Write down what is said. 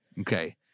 Okay